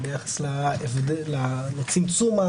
ביחס לצמצום,